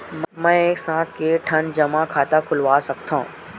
मैं एक साथ के ठन जमा खाता खुलवाय सकथव?